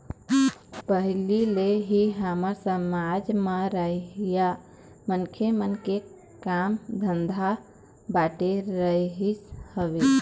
पहिली ले ही हमर समाज म रहइया मनखे मन के काम धंधा बटे रहिस हवय